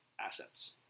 assets